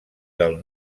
del